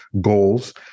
goals